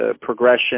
progression